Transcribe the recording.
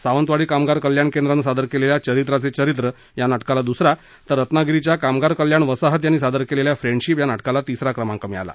सावंतवाडी कामगार कल्याण केंद्रानं सादर केलेल्या चरित्राचे चरित्र या नाटकाला दुसरा तर रत्नागिरीच्या कामगार कल्याण वसाहत यांनी सादर केलेल्या फ्रेंडशिप नाटकाला तिसरा क्रमांक मिळाला